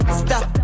stop